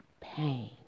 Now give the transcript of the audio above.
pain